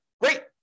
Great